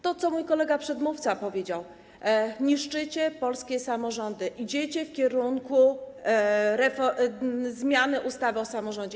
To, co mój kolega przedmówca powiedział - niszczycie polskie samorządy, idziecie w kierunku zmiany ustawy o samorządzie.